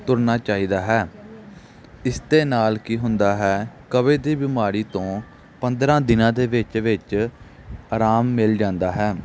ਤੁਰਨਾ ਚਾਹੀਦਾ ਹੈ ਇਸ ਦੇ ਨਾਲ ਕੀ ਹੁੰਦਾ ਹੈ ਕਬਜ਼ ਦੀ ਬਿਮਾਰੀ ਤੋਂ ਪੰਦਰ੍ਹਾਂ ਦਿਨਾਂ ਦੇ ਵਿੱਚ ਵਿੱਚ ਅਰਾਮ ਮਿਲ ਜਾਂਦਾ ਹੈ